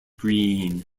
green